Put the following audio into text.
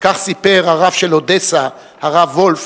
כך סיפר הרב של אודסה, הרב וולף,